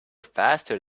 faster